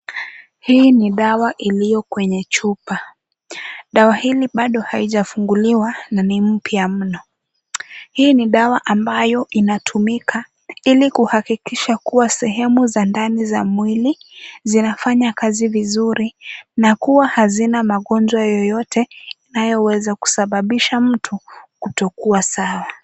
Hii ni dawa iliyo kwenye chupa, dawa hili bado haijafunguliwa na ni mpya mno, hii ni dawa ambayo inatumika ili kuhakikisha kuwa sehemu za ndani za mwili, zinafanya kazi vizuri, na kuwa hazina magonjwa yoyote inayoweza kusababisha mtu kutokua sawa.